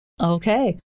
Okay